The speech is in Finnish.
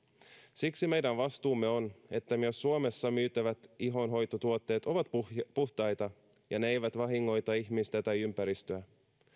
siksi meidän vastuumme on että myös suomessa myytävät ihonhoitotuotteet ovat puhtaita ja eivät vahingoita ihmistä tai ympäristöä